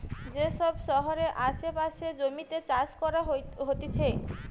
যে সব শহরের আসে পাশের জমিতে চাষ করা হতিছে